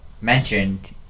mentioned